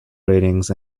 ratings